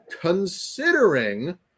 considering